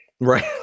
Right